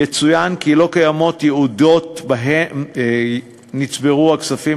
יצוין כי לא קיימות יעודות שבהן נצברו הכספים